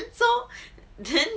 so then